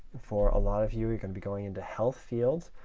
for a lot of you, you can be going into health fields.